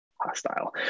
hostile